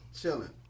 Chilling